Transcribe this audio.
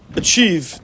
achieve